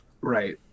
Right